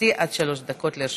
עד שלוש דקות לרשותך.